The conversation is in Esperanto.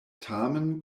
tamen